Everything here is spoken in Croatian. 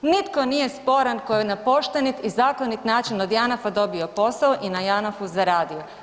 Nitko nije sporan tko je na poštenit i zakonit način od Janafa dobio posao i na Janafu zaradio.